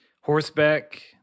horseback